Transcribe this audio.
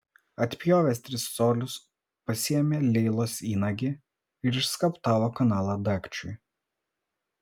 atpjovęs tris colius pasiėmė leilos įnagį ir išskaptavo kanalą dagčiui